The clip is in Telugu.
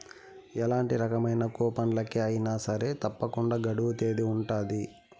ఎలాంటి రకమైన కూపన్లకి అయినా సరే తప్పకుండా గడువు తేదీ ఉంటది